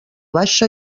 baixa